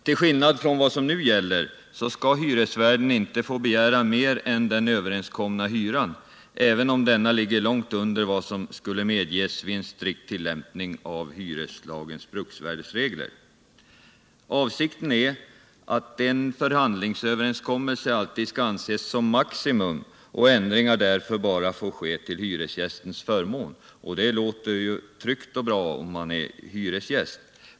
Till skillnad från vad som nu gäller skall hyresvärden inte få begära mer än den överenskomna hyran, även om denna ligger långt under vad som skulle medges vid en strikt tillimpning av hyreslagens bruksvärdesregler. Avsikten är att en förhandlingsöverenskommelse alltid skall anses som maximum och ändringar därför bara får ske till hyresgästens förmån. Det låter ju tryggt och bra, om man är hyresgäst.